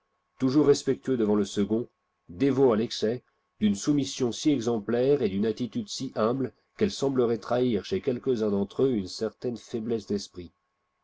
toujours respectueux devant le second dévots à l'excès d'une soumission si exemplaire et d'une attitude si humble qu'elle semblerait trahir chez quelques-uns d'entre eux une certaine faiblesse d'esprit